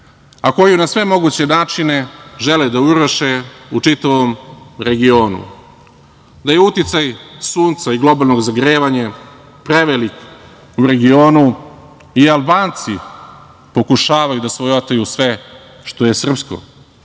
a koju na sve moguće načine žele da uruše u čitavom regionu. Da je uticaj Sunca i globalnog zagrevanja prevelik u regionu, i Albanci pokušavaju da svojataju sve što je srpsko,